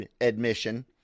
admission